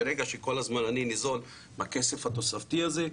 ברגע שכל הזמן אני ניזון מהכסף התוספתי הזה,